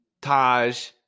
Taj